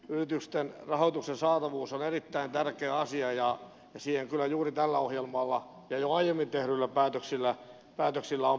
yritysten rahoituksen saatavuus on erittäin tärkeä asia ja siihen kyllä juuri tällä ohjelmalla ja jo aiemmin tehdyillä päätöksillä on pyritty